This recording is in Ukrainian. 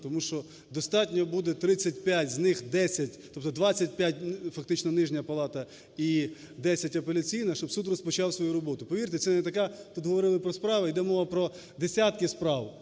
Тому що достатньо буде 35, з них 10, тобто 25 фактично – нижня палата і 10 – апеляційна, щоб суд розпочав свою роботу. Повірте, це не така… Тут говорили про справи, іде мова про десятки справ,